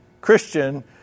Christian